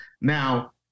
Now